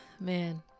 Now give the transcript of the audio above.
Man